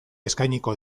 eskainiko